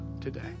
today